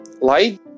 light